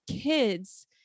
kids